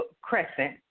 crescent